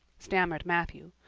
stammered matthew,